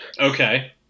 Okay